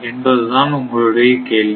என்பதுதான் உங்களுடைய கேள்வி